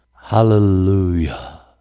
Hallelujah